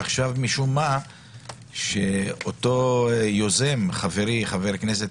עכשיו משום מה כשאותו יוזם חברי חבר הכנסת